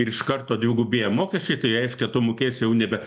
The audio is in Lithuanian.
ir iš karto dvigubėja mokesčiai tai reiškia tu mokėsi jau nebe